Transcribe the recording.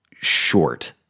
short